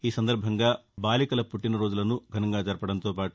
ఈసందర్బంగా బాలికల పుట్టినరోజులను ఘనంగా జరపడంతో పాటు